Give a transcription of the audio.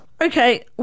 Okay